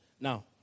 Now